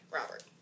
Robert